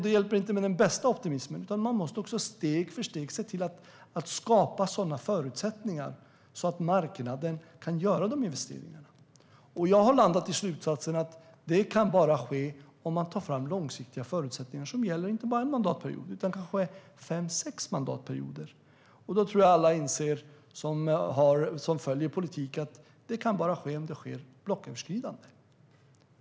Det hjälper inte med stor optimism, utan vi måste också steg för steg skapa rätt förutsättningar för marknaden att göra investeringar. Jag har landat i att detta bara kan ske om vi tar fram långsiktiga förutsättningar som gäller inte bara en mandatperiod utan kanske fem sex mandatperioder. Då inser alla som följer politiken att detta bara kan ske om det sker blocköverskridande.